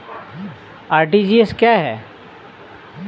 RTGS क्या है?